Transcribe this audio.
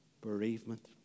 bereavement